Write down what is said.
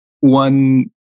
one